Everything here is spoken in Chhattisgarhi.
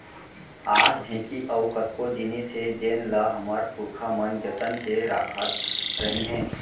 आज ढेंकी अउ कतको जिनिस हे जेन ल हमर पुरखा मन जतन के राखत रहिन हे